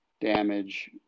damage